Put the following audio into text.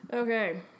Okay